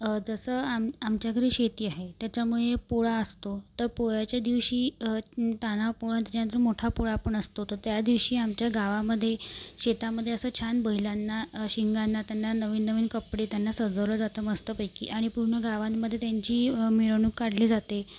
जसं आम आमच्या घरी शेती आहे त्याच्यामुळे पोळा असतो तर पोळ्याच्या दिवशी तान्हा पोळा त्याच्यानंतर मोठा पोळा पण असतो तर त्यादिवशी आमच्या गावामध्ये शेतामध्ये असं छान बैलांना शिंगांना त्यांना नवीन नवीन कपडे त्यांना सजवलं जातं मस्तपैकी आणि पूर्ण गावांमध्ये त्यांची मिरवणूक काढली जाते